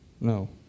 No